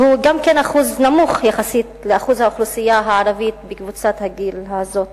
והוא גם אחוז נמוך יחסית לאחוז האוכלוסייה הערבית בקבוצת הגיל הזאת.